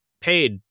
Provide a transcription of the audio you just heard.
paid